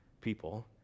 people